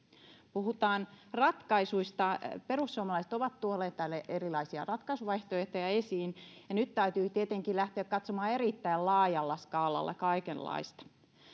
puhutaan ratkaisuista perussuomalaiset ovat tuoneet tänne erilaisia ratkaisuvaihtoehtoja esiin ja nyt täytyy tietenkin lähteä katsomaan erittäin laajalla skaalalla kaikenlaista